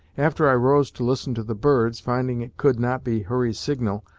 after i rose to listen to the birds, finding it could not be hurry's signal,